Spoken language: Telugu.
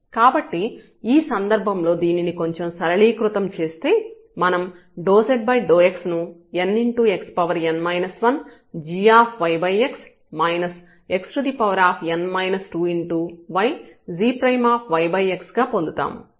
కాబట్టి ఈ సందర్భంలో లో దీనిని కొంచెం సరళీకృతం చేస్తే మనం ∂z∂x ను nxn 1 gyx xn 2ygyxగా పొందుతాము